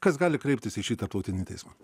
kas gali kreiptis į šį tarptautinį teismą